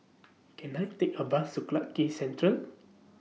Can I Take A Bus Clarke Quay Central